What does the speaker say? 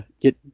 get